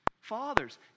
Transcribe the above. Fathers